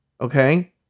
Okay